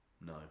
No